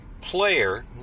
player